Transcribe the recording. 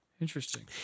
Interesting